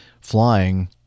flying